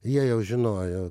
jie jau žinojo